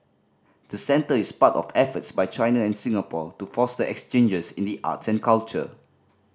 the centre is part of efforts by China and Singapore to foster exchanges in the arts and culture